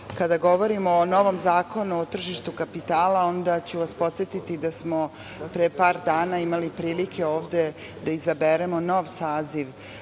kada govorimo o novom Zakonu o tržištu kapitala, onda ću vas podsetiti da smo pre par dana imali prilike ovde da izaberemo nov saziv